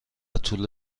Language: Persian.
طول